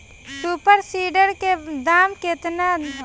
Super seeder के दाम केतना ह?